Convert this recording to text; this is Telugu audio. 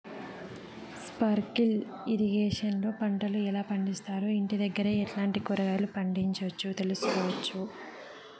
స్పార్కిల్ ఇరిగేషన్ లో పంటలు ఎలా పండిస్తారు, ఇంటి దగ్గరే ఎట్లాంటి కూరగాయలు పండించు తెలుసుకోవచ్చు?